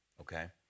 okay